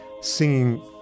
singing